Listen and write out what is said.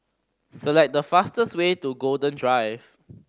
select the fastest way to Golden Drive